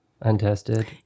Untested